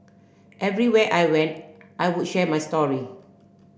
everywhere I went I would share my story